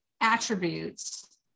attributes